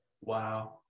Wow